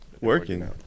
working